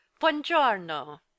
buongiorno